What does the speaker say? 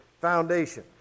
foundation